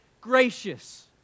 gracious